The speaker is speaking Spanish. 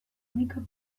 única